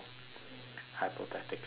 hypothetically fun